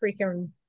freaking